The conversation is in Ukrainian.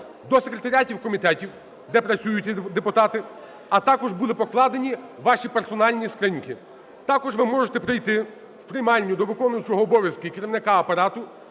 до секретаріатів комітетів, де працюють депутати, а також були покладені в ваші персональні скриньки. Також ви можете прийти в приймальню до виконуючого обов'язки Керівника Апарату,